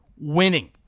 winning